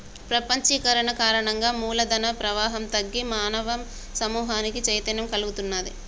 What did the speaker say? ప్రపంచీకరణ కారణంగా మూల ధన ప్రవాహం తగ్గి మానవ సమూహానికి చైతన్యం కల్గుతున్నాది